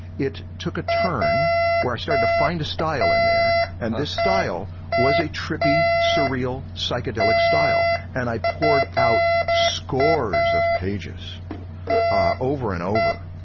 it took a turn where i started to find a style in there and this style was a trippy surreal psychedelic style, and i poured out scores of pages over and over.